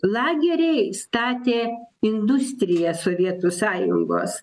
lageriai statė industriją sovietų sąjungos